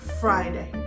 Friday